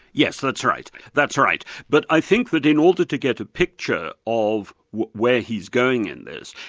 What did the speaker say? yes, that's right. that's right. but i think that in order to get a picture of where he's going in this,